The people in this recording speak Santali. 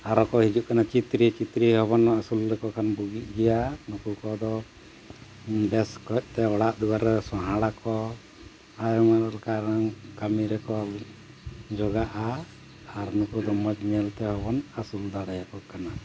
ᱟᱨᱦᱚᱸ ᱠᱚ ᱦᱤᱡᱩᱜ ᱠᱟᱱᱟ ᱪᱤᱛᱨᱤ ᱪᱤᱛᱨᱤ ᱦᱚᱵᱚᱱ ᱟᱹᱥᱩᱞ ᱞᱮᱠᱚ ᱠᱷᱟᱱ ᱵᱩᱜᱤᱜ ᱜᱮᱭᱟ ᱱᱩᱠᱩ ᱠᱚᱫᱚ ᱵᱮᱥ ᱚᱠᱚᱡ ᱛᱮ ᱚᱲᱟᱜ ᱫᱩᱣᱟᱹᱨ ᱨᱮ ᱥᱟᱦᱟᱲᱟᱠᱚ ᱟᱭᱢᱟ ᱞᱮᱠᱟ ᱠᱟᱹᱢᱤ ᱨᱮᱠᱚ ᱡᱚᱜᱟᱜᱼᱟ ᱟᱨ ᱱᱩᱠᱩ ᱫᱚ ᱢᱚᱡᱽ ᱧᱮᱞ ᱛᱮᱦᱚᱸ ᱵᱚᱱ ᱟᱹᱥᱩᱞ ᱫᱟᱲᱮᱭᱟᱠᱚ ᱠᱟᱱᱟ